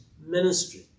ministry